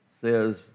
says